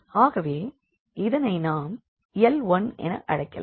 ஆகவே இதனை நாம் L 1என அழைக்கலாம்